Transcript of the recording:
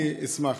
אני אשמח.